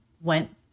went